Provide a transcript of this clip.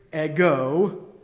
ego